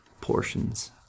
portions